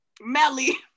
Melly